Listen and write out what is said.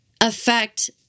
affect